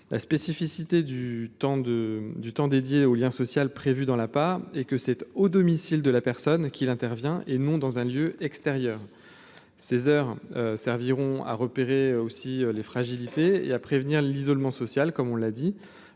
la spécificité du temps de du temps dédié au lien social prévu dans l'appart et que cette au domicile de la personne qu'il intervient et non dans un lieu extérieur 16 heures serviront à repérer aussi les fragilités et à prévenir l'isolement social comme on l'a dit